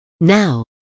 Now